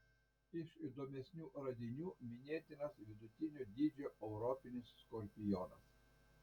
iš įdomesnių radinių minėtinas vidutinio dydžio europinis skorpionas